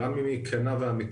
גם אם היא כנה ואמיתית,